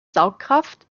saugkraft